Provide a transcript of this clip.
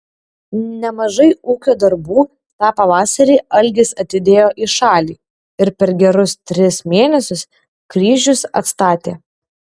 nemažai ūkio darbų tą pavasarį algis atidėjo į šalį ir per gerus tris mėnesius kryžius atstatė